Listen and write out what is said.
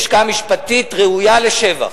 לשכה משפטית ראויה לשבח.